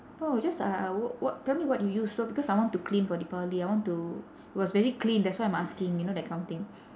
oh just I I w~ what tell me what you use so because I want to clean for deepavali I want to it was very clean that's why I'm asking you know that kind of thing